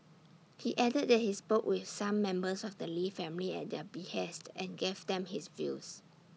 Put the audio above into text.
he added that he spoke with some members of the lee family at their behest and gave them his views